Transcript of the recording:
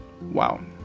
Wow